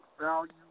value